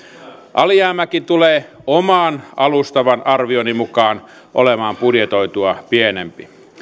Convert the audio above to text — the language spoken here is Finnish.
alijäämäkin tulee oman alustavan arvioni mukaan olemaan budjetoitua pienempi